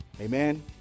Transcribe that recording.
amen